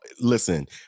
listen